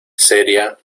seria